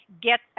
get